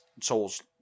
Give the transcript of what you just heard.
Souls